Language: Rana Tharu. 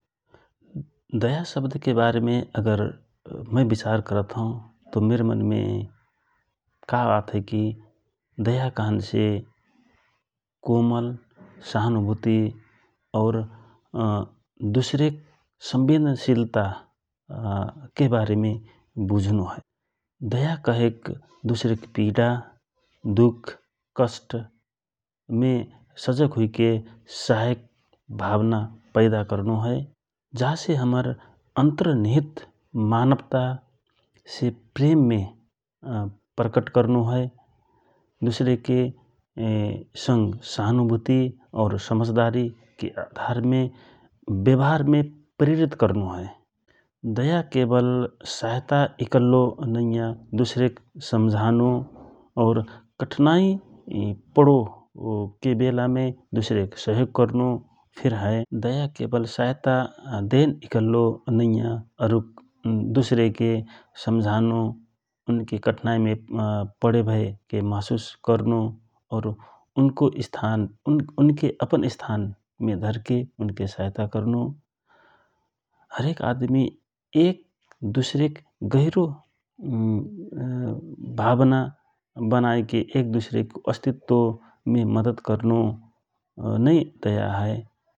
दाया शब्दके बारेमे मय विचार करत हौ त मिर मनमे का आत हए कि दया कहन्से कोमल सहन्भुति दुसरेक संबेदान सिलता के बारेमे बुझनो हए दया कहेक दुसरेक पिडा ,दुःख, कष्ट मे सजग हुइके सहयक भावना पैदा करनो हए । जा से हमर अन्त्रनिहित मानवता से प्रेममे प्रकट करनो हए दुसरेके संग सहनु भुति और समझदारीके अधारमे व्यवहारमे प्रेरित करनो हए दया केवल सहायता इकल्लो नइया दुसरेक समझानो और कठिनाइमे पडो बेलामे दुसरेक सहयोग करनो फिर हए । दया केवल सहयता देन इकलने नैया दुसरेके समझानो उनके कठिनाइमे पडेभएको महसुस करनो औरू उनके अपन स्थान मे धरके उनके सहयता करनो हरेक आदमी एक दुसरेक गहिरो भावना बनाइके एक दुसरेक अस्तित्वमे मद्दत करनो नै दया हए ।